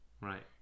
Right